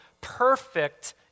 perfect